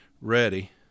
ready